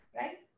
right